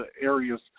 areas